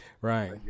Right